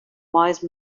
wise